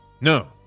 No